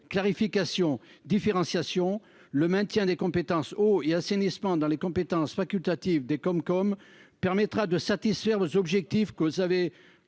clarification, différenciation -, le maintien des compétences eau et assainissement dans les compétences facultatives des communautés de communes permettra de satisfaire les objectifs que vous avez évoqués